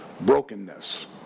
Brokenness